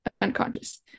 unconscious